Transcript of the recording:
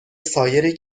سایر